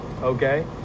Okay